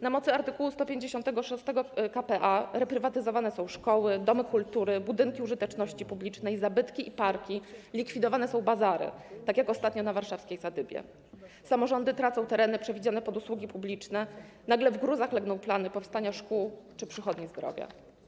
Na mocy art. 156 k.p.a. reprywatyzowane są szkoły, domy kultury, budynki użyteczności publicznej, zabytki i parki, likwidowane są bazary, tak jak ostatnio na warszawskiej Sadybie, samorządy tracą tereny przewidziane pod usługi publiczne, nagle w gruzach legną plany powstania szkół czy przychodni zdrowia.